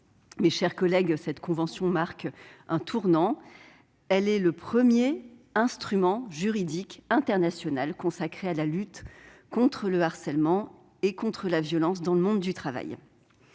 Mes chers collègues, la convention marque un tournant, puisqu'il s'agit du premier instrument juridique international consacré à la lutte contre le harcèlement et la violence dans le monde du travail.